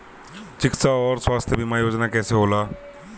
चिकित्सा आऊर स्वास्थ्य बीमा योजना कैसे होला?